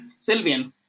Sylvian